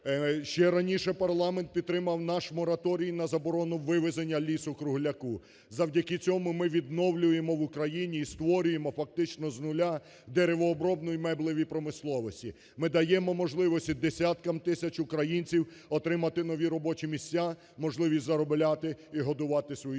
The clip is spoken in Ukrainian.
Ще раніше парламент підтримав наш мораторій на заборону вивезення лісу-кругляку. Завдяки цьому ми відновлюємо в Україні і створюємо фактично з нуля деревообробну, і меблеві промисловості. Ми даємо можливості десяткам тисяч українцям отримати нові робочі місця, можливість заробляти і годувати свою сім'ю.